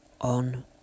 on